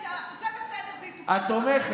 זה בסדר, זה יטופל, את תומכת?